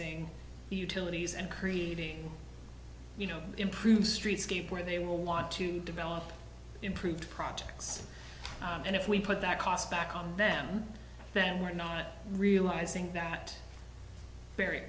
the utilities and creating you know improve streetscape where they will want to develop improved projects and if we put that cost back on them then we're not realizing that very